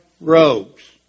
robes